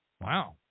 Wow